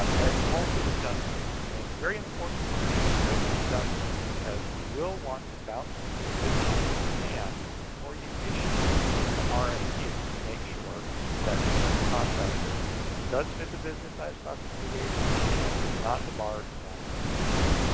um and also the duns number, and it's very important to note the duns number because you will want to bounce this off of sam before you issue an ah rfq to make sure that the the contractor does fit the business size classification and is not debarred from government work.